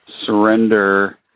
surrender